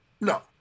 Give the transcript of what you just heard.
No